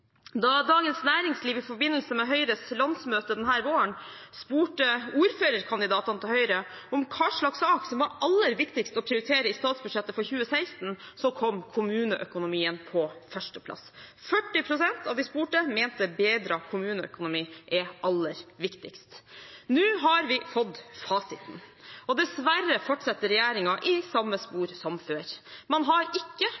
Da Dagens Næringsliv i forbindelse med Høyres landsmøte denne våren spurte ordførerkandidatene til Høyre om hva slags sak som var aller viktigst å prioritere i statsbudsjettet for 2016, kom kommuneøkonomien på førsteplass. 40 pst. av de spurte mente bedret kommuneøkonomi er aller viktigst. Nå har vi fått fasiten, og dessverre fortsetter regjeringen i samme spor som før. Man har ikke